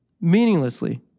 meaninglessly